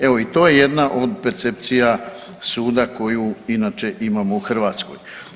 Evo i to je jedna od percepcija suda koju inače imamo u Hrvatskoj.